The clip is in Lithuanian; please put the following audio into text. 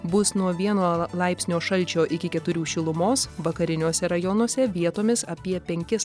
bus nuo vieno laipsnio šalčio iki keturių šilumos vakariniuose rajonuose vietomis apie penkis